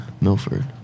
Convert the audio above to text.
Milford